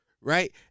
Right